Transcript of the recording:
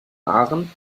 haaren